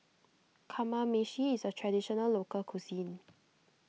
Kamameshi is a Traditional Local Cuisine